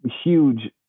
huge